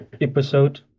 episode